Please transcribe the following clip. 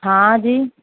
હા જી